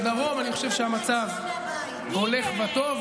בדרום אני חושב שהמצב הולך וטוב,